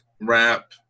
rap